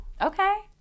Okay